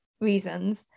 reasons